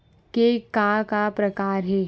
के का का प्रकार हे?